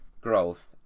growth